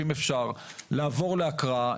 אם אפשר לעבור להקראה.